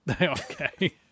Okay